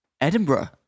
Edinburgh